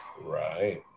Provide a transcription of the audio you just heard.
Right